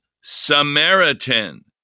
Samaritan